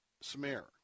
smear